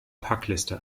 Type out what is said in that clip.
packliste